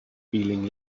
feeling